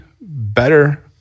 better